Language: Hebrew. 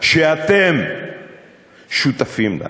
שאתם שותפים לה.